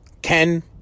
Ken